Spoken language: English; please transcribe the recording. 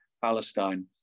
palestine